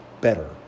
better